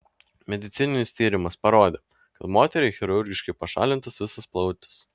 medicininis tyrimas parodė kad moteriai chirurgiškai pašalintas visas plautis